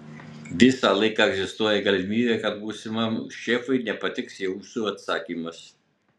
visą laiką egzistuoja galimybė kad būsimam šefui nepatiks jūsų atsakymas